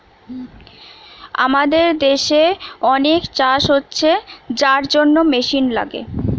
আমাদের দেশে অনেক চাষ হচ্ছে যার জন্যে মেশিন লাগে